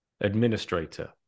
Administrator